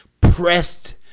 pressed